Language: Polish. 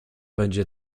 będzie